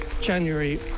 January